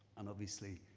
and obviously,